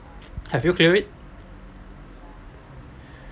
have you clear it